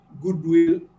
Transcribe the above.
goodwill